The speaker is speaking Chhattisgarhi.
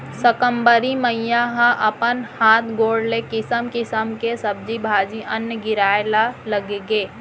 साकंबरी मईया ह अपन हात गोड़ ले किसम किसम के सब्जी भाजी, अन्न गिराए ल लगगे